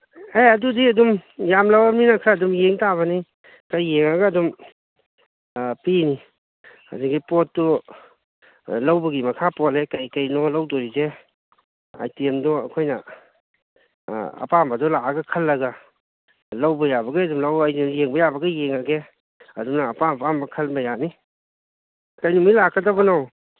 ꯍꯦ ꯑꯗꯨꯗꯤ ꯑꯗꯨꯝ ꯌꯥꯝ ꯂꯧꯔꯝꯅꯤꯅ ꯈꯔ ꯑꯗꯨꯝ ꯌꯦꯡ ꯇꯥꯕꯅꯤ ꯈꯔ ꯌꯦꯡꯉꯒ ꯑꯗꯨꯝ ꯄꯤꯅꯤ ꯑꯗꯒꯤ ꯄꯣꯠꯇꯨ ꯂꯧꯕꯒꯤ ꯃꯈꯥ ꯄꯣꯜꯂꯦ ꯀꯩꯀꯩꯅꯣ ꯂꯧꯗꯣꯏꯁꯦ ꯑꯥꯏꯇꯦꯝꯗꯣ ꯑꯩꯈꯣꯏꯅ ꯑꯄꯥꯝꯕꯗꯣ ꯂꯥꯛꯑꯒ ꯈꯜꯂꯒ ꯂꯧꯕ ꯌꯥꯕꯒꯩ ꯑꯗꯨꯝ ꯂꯧ ꯑꯩꯅ ꯌꯦꯡꯕ ꯌꯥꯕꯒꯩ ꯑꯗꯨꯝ ꯌꯦꯡꯉꯒꯦ ꯑꯗꯨꯅ ꯑꯄꯥꯝ ꯑꯄꯥꯝꯕ ꯈꯟꯕ ꯌꯥꯅꯤ ꯀꯔꯤ ꯅꯨꯃꯤꯠ ꯂꯥꯛꯀꯗꯕꯅꯣ